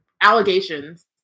Allegations